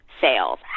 sales